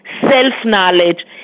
self-knowledge